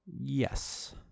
Yes